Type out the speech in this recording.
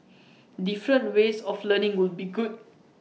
different ways of learning would be good